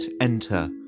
ENTER